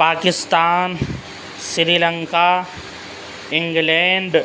Pakistan Sri Lanka England